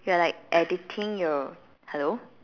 you're like editing you hello